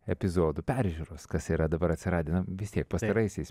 epizodų peržiūros kas yra dabar atsiradę vis tiek pastaraisiais